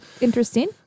Interesting